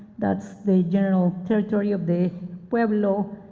that's the general territory of the pueblo,